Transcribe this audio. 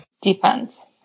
Depends